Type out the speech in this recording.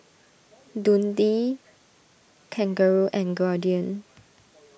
Dundee Kangaroo and Guardian